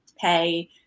pay